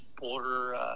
border